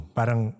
Parang